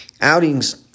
outings